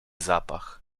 zapach